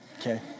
Okay